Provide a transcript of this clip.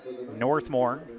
Northmore